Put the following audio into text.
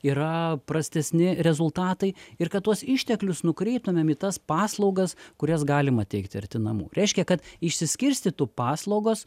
yra prastesni rezultatai ir kad tuos išteklius nukreiptumėm į tas paslaugas kurias galima teikti arti namų reiškia kad išsiskirstytų paslaugos